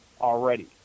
already